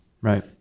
right